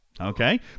Okay